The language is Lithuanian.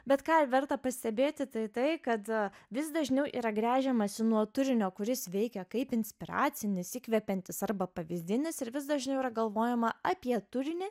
bet ką verta pastebėti tai tai kad vis dažniau yra gręžiamasi nuo turinio kuris veikia kaip inspiracinis įkvepiantis arba pavyzdinis ir vis dažniau yra galvojama apie turinį